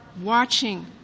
watching